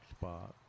spot